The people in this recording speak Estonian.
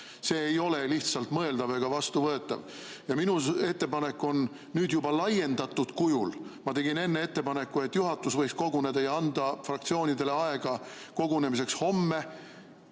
See ei ole lihtsalt mõeldav ega vastuvõetav ja minu ettepanek on nüüd juba laiendatud kujul. Ma tegin enne ettepaneku, et juhatus võiks koguneda ja anda fraktsioonidele aega kogunemiseks ja